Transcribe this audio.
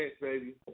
baby